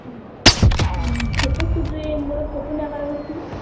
ଫୋଟୋସୁଟ୍ରେ ମୋର ଫୋଟୋ ନେବାର ଅଛି